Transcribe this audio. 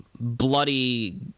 bloody